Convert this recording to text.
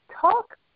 talk